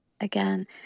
again